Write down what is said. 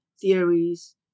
theories